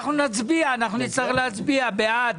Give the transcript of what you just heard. אנחנו נצטרך להצביע בעד,